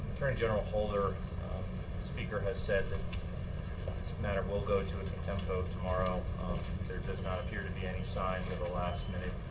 general holder, the speaker has said that this matter will go to a contempt vote tomorrow. there does not appear to be any signs of a last-minute